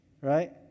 right